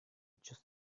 just